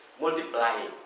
multiplying